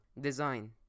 design